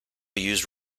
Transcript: used